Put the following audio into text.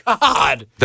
God